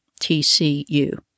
TCU